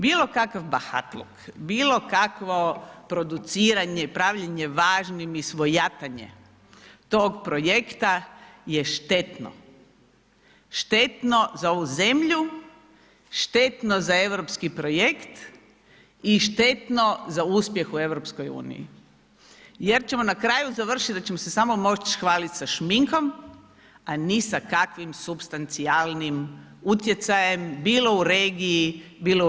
Bilo kakav bahatluk, bilo kakvo produciranje i pravljenje važnim i svojatanje tog projekta je štetno, štetno za ovu zemlju, štetno za europski projekt i štetno za uspjeh u EU jer ćemo na kraju završit da ćemo se samo moć hvalit sa šminkom, a ni sa kakvim supstancijalnim utjecajem, bilo u regiji, bilo u EU.